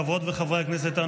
חברות וחברי הכנסת,